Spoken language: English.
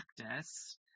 practice